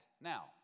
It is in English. now